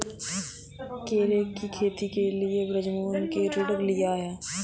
केले की खेती के लिए बृजमोहन ने ऋण लिया है